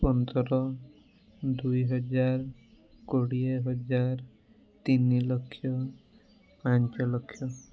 ପନ୍ଦର ଦୁଇ ହଜାର କୋଡ଼ିଏ ହଜାର ତିନି ଲକ୍ଷ ପାଞ୍ଚ ଲକ୍ଷ